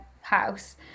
house